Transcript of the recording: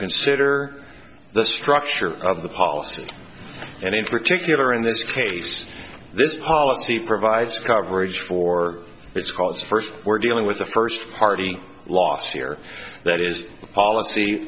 consider the structure of the policy and in particular in this case this policy provides coverage for its faults first we're dealing with the first party last year that is policy